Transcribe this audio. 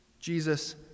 Jesus